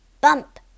Bump